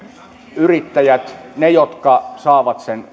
yrittäjät jotka saavat sen